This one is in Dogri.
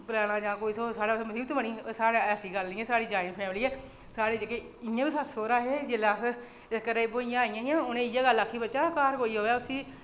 ते कोई होर साढ़े आस्तै मसीबत बनी ते साढ़ी ऐसी गल्ल निं ऐ साढ़ी ज्वॉइंट फैमिली ऐ ते साढ़े जेह्के इ'यां बी सस्स सौहरा हे जेल्लै अस घरै ई ब्याहियै आइयां हियां ते उ'नें इ'यै गल्ल आक्खी ही कि बच्चा घर कोई आवै उसी